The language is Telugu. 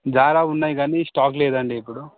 జారా ఉన్నాయి గానీ స్టాక్ లేదండీ ఇప్పుడు